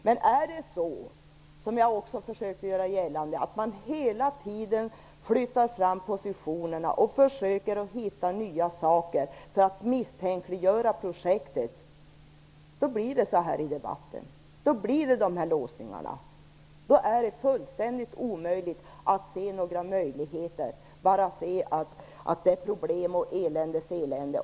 Men om man - som jag har påpekat - hela tiden flyttar fram positionerna och försöker misstänkliggöra projektet, då blir det så här i debatten. Då uppstår de här låsningarna. Då ser man inga möjligheter utan bara problem och eländes elände.